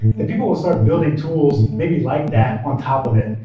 that people will start building tools maybe like that on top of it.